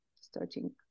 starting